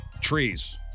trees